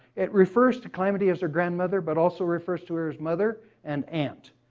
it refers to calamity as her grandmother, but also refers to her as mother and aunt.